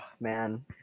man